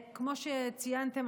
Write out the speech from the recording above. כמו שציינתם,